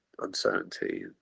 uncertainty